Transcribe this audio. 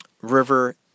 River